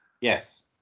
Yes